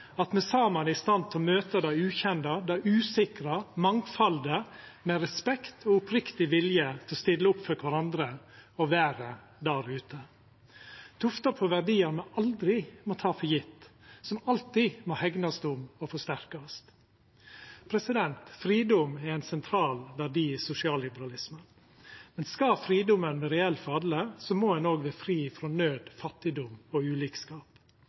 at me saman er i stand til å møta det ukjende, det usikre og mangfaldet med respekt og oppriktig vilje til å stilla opp for kvarandre og verda der ute, tufta på verdiar me aldri må sjå som sjølvsagde, som alltid må hegnast om og forsterkast. Fridom er ein sentral verdi i sosialliberalismen, men skal fridomen vera reell for alle, må ein òg vera fri frå naud, fattigdom og ulikskap